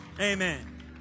Amen